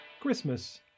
Christmas